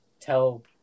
tell